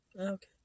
Okay